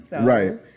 Right